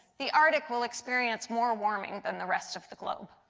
the arctic will experience more warming than the rest of the globe.